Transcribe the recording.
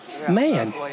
Man